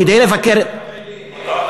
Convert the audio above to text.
ככה אומרים גם לחרדים,